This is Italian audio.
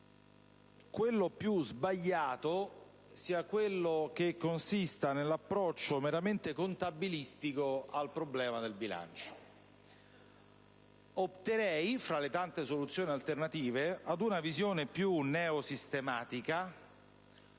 quello più sbagliato sia quello che consiste nell'approccio meramente contabilistico al problema del bilancio. Opterei, fra le tante soluzioni alternative, per una visione più neosistematica,